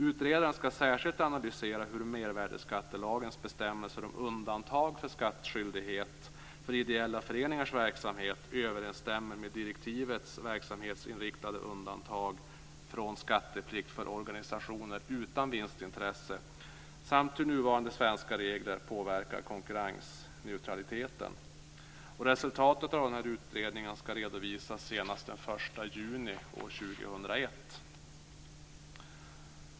Utredaren ska särskilt analysera hur mervärdesskattelagens bestämmelser om undantag för skattskyldighet för ideella föreningars verksamhet överensstämmer med direktivets verksamhetsinriktade undantag från skatteplikt för organisationer utan vinstintresse samt hur nuvarande svenska regler påverkar konkurrensneutraliteten. Resultatet av utredningen ska redovisas senast den 1 juni 2001.